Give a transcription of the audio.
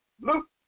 Luke